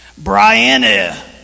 Brianna